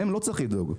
להם לא צריך לדאוג.